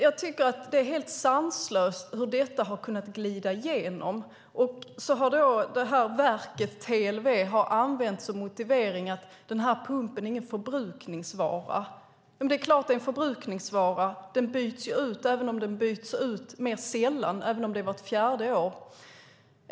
Jag tycker att det är helt sanslöst att detta har kunnat glida igenom. Som motivering har det här verket, TLV, använt att den här pumpen inte är någon förbrukningsvara. Det är klart att den är en förbrukningsvara. Den byts ju ut även om det är mer sällan, det vill säga vart fjärde år.